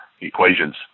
equations